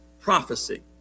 prophecy